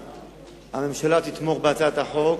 הממשלה תתמוך בהצעת החוק.